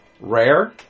rare